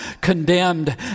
condemned